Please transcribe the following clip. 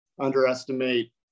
underestimate